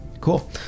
Cool